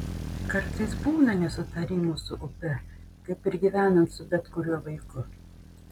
kartais būna nesutarimų su upe kaip ir gyvenant su bet kuriuo vaiku